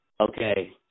okay